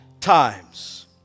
times